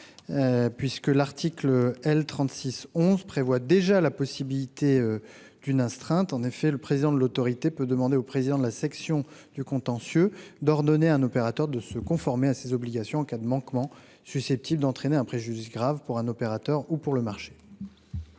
électroniques prévoit déjà la possibilité d'une astreinte. En effet, le président de l'Arcep peut demander au président de la section du contentieux d'ordonner à un opérateur de se conformer à ses obligations en cas de manquement susceptible d'entraîner un préjudice grave pour un opérateur ou pour le marché.